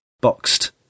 boxed